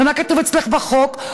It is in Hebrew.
ומה כתוב אצלך בחוק?